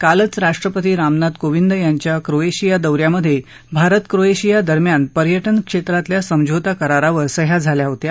कालच राष्ट्रपती रामनाथ कोविंद यांच्या क्रोएशिया दौऱ्यामध्ये भारत क्रोएशिया दरम्यान पर्यटन क्षेत्रातल्या समझोता करारावर सद्या झाल्या होत्या